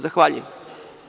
Zahvaljujem.